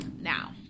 now